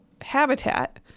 habitat